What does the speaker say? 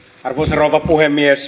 arvoisa rouva puhemies